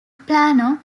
plano